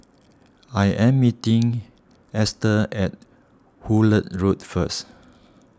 I am meeting Easter at Hullet Road first